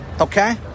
okay